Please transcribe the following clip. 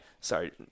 sorry